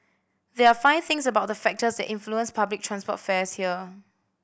there are five things about the factors that influence public transport fares here